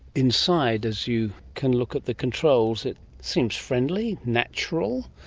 inside, as you can look at the controls, it seems friendly, natural,